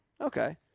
Okay